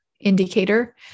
indicator